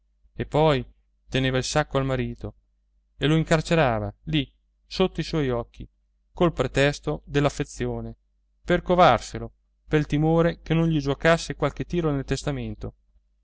e poi teneva il sacco al marito e lo incarcerava lì sotto i suoi occhi col pretesto dell'affezione per covarselo pel timore che non gli giuocasse qualche tiro nel testamento